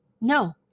no